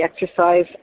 exercise